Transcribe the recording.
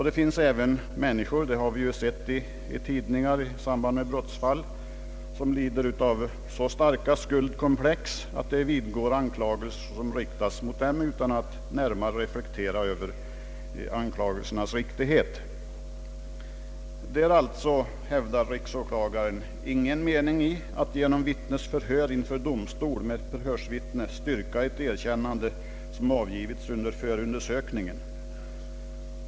Det finns även, såsom vi har sett i samband med brottsfall, människor som lider av så starka skuldkomplex att de vidgår anklagelser som riktas mot dem utan att närmare reflektera över ankiagelsernas riktighet. Det är alltså, hävdar riksåklagaren, ingen mening i att genom vittnesförhör inför domstol med förhörsvittne styrka ett erkännande som avgivits under förundersökningen.